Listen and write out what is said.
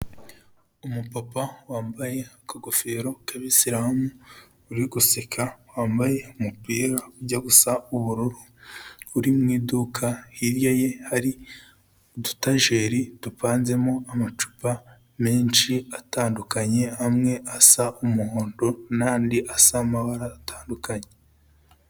Umupapa wambaye akagofero k'abisiramu uri guseka wambaye umupira ujya gusa ubururu, uri mu iduka hirya ye hari udutajeri dupanzemo amacupa menshi atandukanye, amwe asa umuhondo n'andi asa amabara atandukanye.